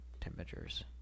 temperatures